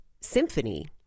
symphony